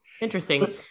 Interesting